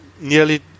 nearly